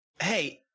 hey